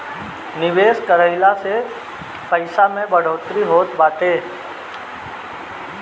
निवेश कइला से पईसा में बढ़ोतरी होत बाटे